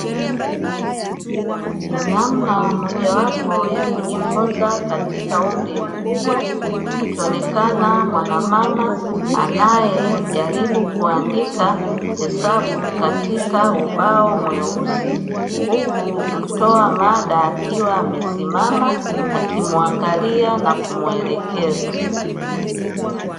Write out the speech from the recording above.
Ni namna mojawapo ya kujifunza katika umri mkubwa akionekana mwanamama anayejaribu kuandika hesabu katika ubao mweusi, huku mtoa mada akiwa amesimama akimwangalia na kumwelekeza.